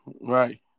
right